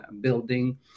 building